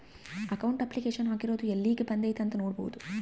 account application ಹಾಕಿರೊದು ಯೆಲ್ಲಿಗ್ ಬಂದೈತೀ ಅಂತ ನೋಡ್ಬೊದು